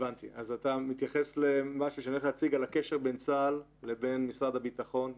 אתה מתייחס למשהו שאני הולך להציג על הקשר בין צה"ל לבין משרד הביטחון.